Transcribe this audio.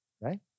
right